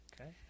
Okay